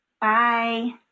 bye